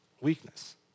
weakness